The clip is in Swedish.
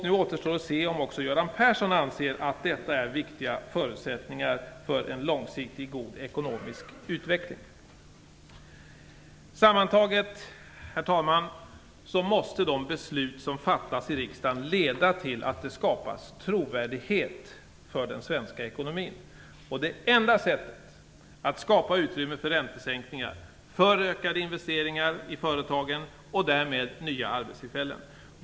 Nu återstår att se om också Göran Persson anser att detta är viktiga förutsättningar för en långsiktigt god ekonomisk utveckling. Sammantaget, herr talman, måste de beslut som fattas i riksdagen leda till att det skapas trovärdighet för den svenska ekonomin. Det är det enda sättet att skapa utrymme för räntesänkningar, för ökade investeringar i företagen och därmed nya arbetstillfällen.